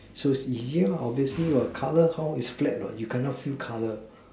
so it's easier lah obviously what colour how is flat what you cannot feel colour